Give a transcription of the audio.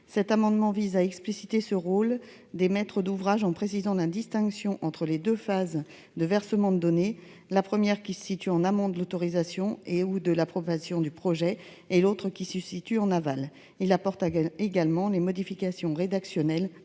Cet amendement vise à expliciter le rôle des maîtres d'ouvrage, en précisant la distinction entre les deux phases de versements de données : la première se situe en amont de l'autorisation et/ou de l'approbation du projet ; la seconde se situe en aval. Il tend également à introduire des modifications rédactionnelles,